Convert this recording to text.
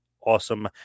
awesome